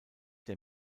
der